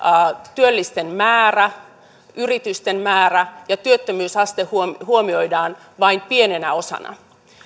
työllisten määrä ja yritysten määrä ja työttömyysaste huomioidaan vain pienenä osana